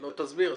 תסביר.